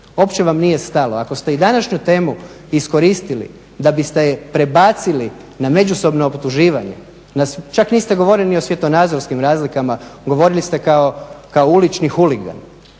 Uopće vam nije stalo. Ako ste i današnju temu iskoristili da biste je prebacili na međusobno optuživanje, čak niste govorili ni o svjetonazorskim razlikama, govorili ste kao ulični huligan,